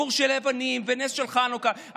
סיפור של היוונים ונס של חנוכה,